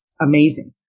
amazing